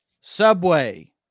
Subway